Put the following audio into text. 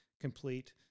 complete